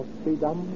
freedom